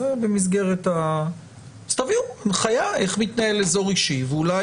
אז תביאו הנחיה איך מתנהל אזור אישי ואולי